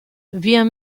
wir